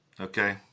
okay